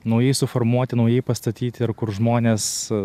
naujai suformuoti naujai pastatyti ir kur žmonės